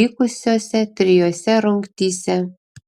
likusiose trijose rungtyse